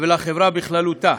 ולחברה בכללותה.